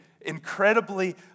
incredibly